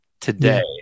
today